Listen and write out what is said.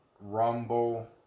rumble